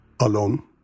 alone